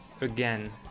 again